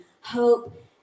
hope